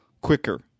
quicker